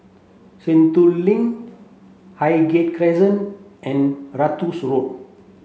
Sentul Link Highgate Crescent and Road